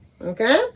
Okay